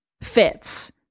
fits